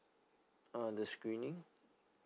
uh the screening